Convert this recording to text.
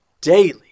daily